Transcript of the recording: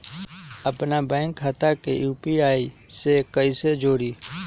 अपना बैंक खाता के यू.पी.आई से कईसे जोड़ी?